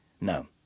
No